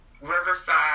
Riverside